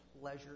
pleasure